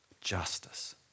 justice